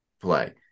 play